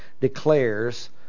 Declares